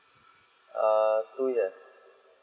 err two years